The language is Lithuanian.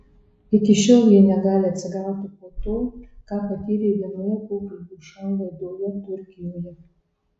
iki šiol ji negali atsigauti po to ką patyrė vienoje pokalbių šou laidoje turkijoje